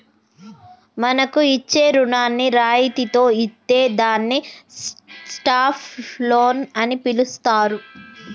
మనకు ఇచ్చే రుణాన్ని రాయితితో ఇత్తే దాన్ని స్టాప్ లోన్ అని పిలుత్తారు